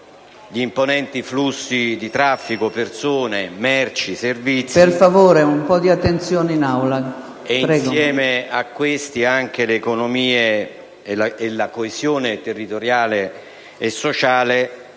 gli imponenti flussi di traffico persone, merci e servizi e, insieme a questi, anche le economie e la coesione territoriale e sociale